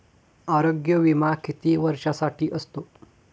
आरोग्य विमा किती वर्षांसाठी असतो?